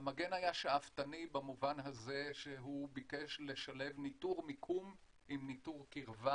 המגן היה שאפתני במובן הזה שהוא ביקש לשלב ניטור מיקום עם ניטור קירבה.